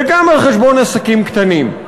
וגם על חשבון עסקים קטנים.